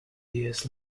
years